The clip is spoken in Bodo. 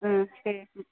दे